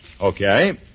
Okay